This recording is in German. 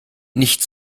nicht